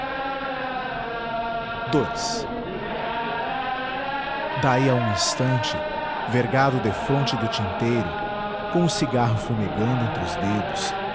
trabalho daí a um instante vergado defronte do tinteiro com o cigarro fumegando entre